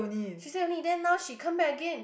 she say only then now she come back again